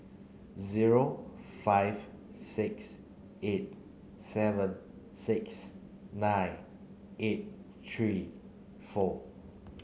zero five six eight seven six nine eight three four